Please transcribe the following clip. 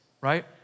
right